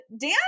Dan